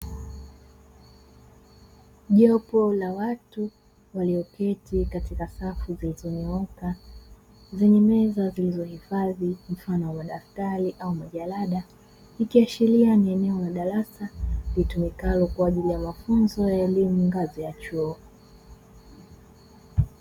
Jopo la watu walioketi katika safu zilizonyooka zenye meza zilizohifadhi mfano wa madaftari au majalada, ikiashiria ni eneo la darasa litumikalo kwa ajili ya mafunzo ya elimu ngazi ya chuo.